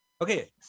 okay